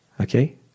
Okay